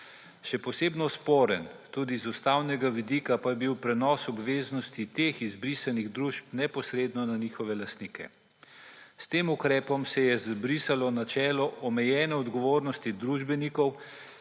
Še posebno sporen, tudi z ustavnega vidika, pa je bil prenos obveznosti teh izbrisanih družb neposredno na njihove lastnike. S tem ukrepom se je izbrisalo načelo omejene odgovornosti družbenikov,